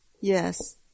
Yes